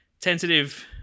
tentative